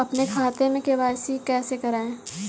अपने खाते में के.वाई.सी कैसे कराएँ?